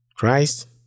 Christ